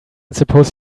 suppose